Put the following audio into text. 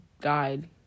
died